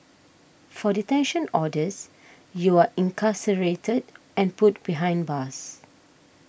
for detention orders you're incarcerated and put behind bars